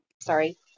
Sorry